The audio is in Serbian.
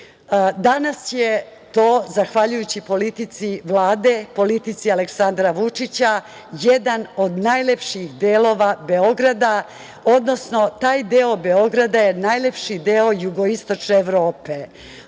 Danas je to zahvaljujući politici Vlade, politici Aleksandra Vučića jedan od najlepših delova Beograda, odnosno taj deo Beograda je najlepši deo jugoistočne Evrope.